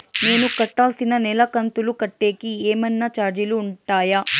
నేను కట్టాల్సిన నెల కంతులు కట్టేకి ఏమన్నా చార్జీలు ఉంటాయా?